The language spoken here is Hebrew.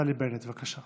נפתלי בנט, בבקשה.